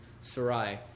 Sarai